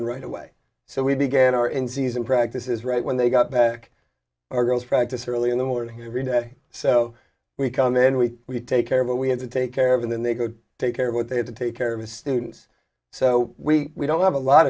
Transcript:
in right away so we began our in season practice is right when they got back our girls practice early in the morning every day so we come in we we take care of what we had to take care of and then they could take care of what they had to take care of the students so we don't have a lot